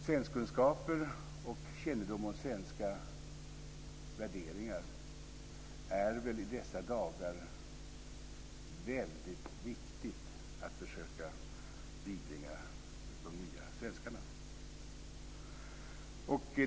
Svenskkunskaper och kännedom om svenska värderingar är väl i dessa dagar väldigt viktigt att försöka bibringa de nya svenskarna.